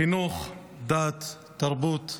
חינוך, דת, תרבות,